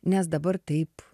nes dabar taip